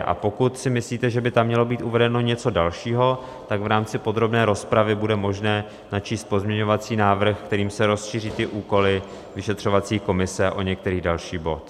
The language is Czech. A pokud si myslíte, že by tam mělo být uvedeno něco dalšího, tak v rámci podrobné rozpravy bude možné načíst pozměňovací návrh, kterým se rozšíří úkoly vyšetřovací komise o některý další bod.